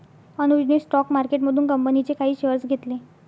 अनुजने स्टॉक मार्केटमधून कंपनीचे काही शेअर्स घेतले